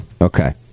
Okay